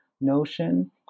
notion